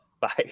Bye